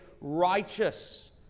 righteous